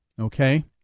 Okay